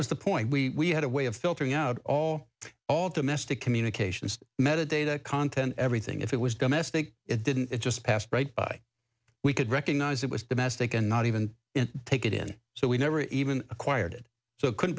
was the point we had a way of filtering out all all domestic communications metadata content everything if it was domestic it didn't it just passed right by we could recognize it was domestic and not even in take it in so we never even acquired it so it could